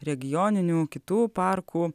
regioninių kitų parkų